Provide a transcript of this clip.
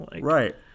Right